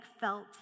felt